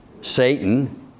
Satan